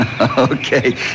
Okay